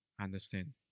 understand